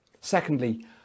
secondly